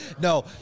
No